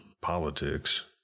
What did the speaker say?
politics